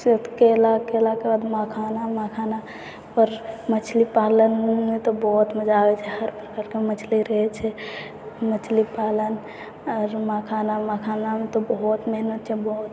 सब केला केलाके बाद मखाना मखानाके मछली पालनमे तऽ बहुत मजा आबै छै घरके मछली रहै छै मछली पालन आओर मखाना मखानामे तऽ बहुत मेहनत छै बहुत